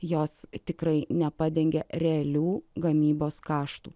jos tikrai nepadengia realių gamybos kaštų